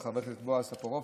חבר הכנסת בועז טופורובסקי,